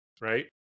right